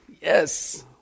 Yes